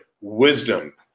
wisdom